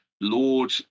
Lord